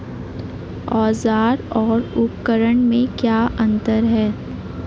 औज़ार और उपकरण में क्या अंतर है?